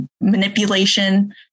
manipulation